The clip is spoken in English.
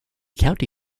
county